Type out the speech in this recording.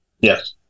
Yes